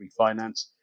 refinance